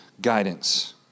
guidance